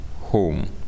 home